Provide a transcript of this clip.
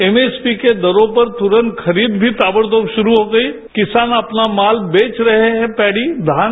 MSP की दरों पर तुरंत खरीद भी ताबड़ तोड़ शुरू हो गई किसान अपना माल बेच रहे है पैड़ी धान